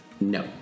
No